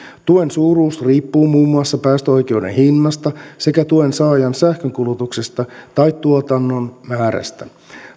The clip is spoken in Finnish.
tuen suuruus riippuu muun muassa päästöoikeuden hinnasta sekä tuen saajan sähkönkulutuksesta tai tuotannon määrästä